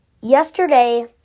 Yesterday